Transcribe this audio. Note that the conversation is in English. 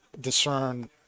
discern